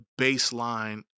baseline